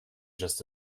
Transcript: just